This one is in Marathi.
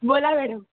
बोला मॅडम